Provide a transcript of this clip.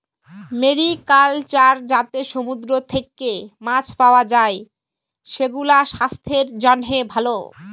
mariculture যাতে সমুদ্র থেক্যে মাছ পাওয়া যায়, সেগুলাসাস্থের জন্হে ভালো